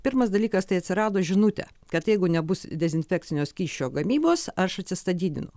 pirmas dalykas tai atsirado žinutė kad jeigu nebus dezinfekcinio skysčio gamybos aš atsistatydinu